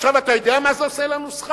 עכשיו אתה יודע מה זה עושה לנוסחה?